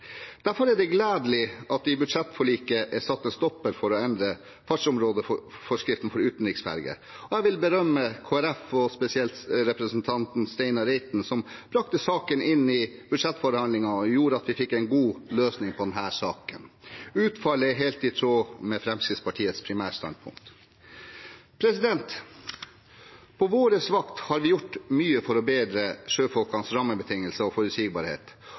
Derfor er det gledelig at det i budsjettforliket er satt en stopper for å endre fartsområdeforskriften for utenriksferger, og jeg vil berømme Kristelig Folkeparti, og spesielt representanten Steinar Reiten, som brakte saken inn i budsjettforhandlingene og gjorde at vi fikk en god løsning på saken. Utfallet er helt i tråd med Fremskrittspartiets primærstandpunkt. På vår vakt har vi gjort mye for å bedre sjøfolkenes rammebetingelser og forutsigbarhet,